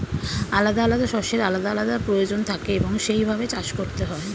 আলাদা আলাদা শস্যের আলাদা আলাদা প্রয়োজন থাকে এবং সেই ভাবে চাষ করতে হয়